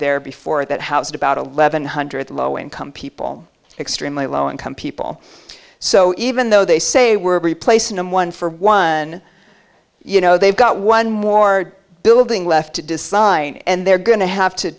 there before at that house at about eleven hundred low income people extremely low income people so even though they say we're replacing them one for one you know they've got one more building left to decide and they're going to have to